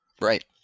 Right